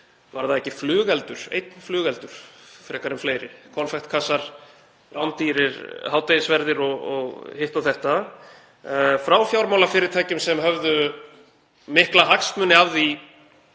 var það ekki flugeldur, einn flugeldur frekar en fleiri? Konfektkassar, rándýrir hádegisverðir og hitt og þetta, frá fjármálafyrirtækjum sem höfðu mikla hagsmuni af því